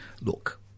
Look